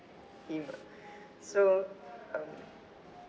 him ah so um